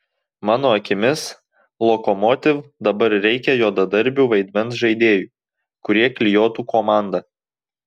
mano akimis lokomotiv dabar reikia juodadarbių vaidmens žaidėjų kurie klijuotų komandą